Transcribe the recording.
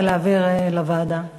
הצבעה בעד זה להעביר לוועדת הפנים.